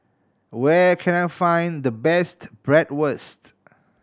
where can I find the best Bratwurst